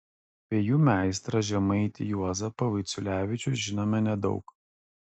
apie jų meistrą žemaitį juozapą vaiciulevičių žinome nedaug